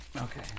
Okay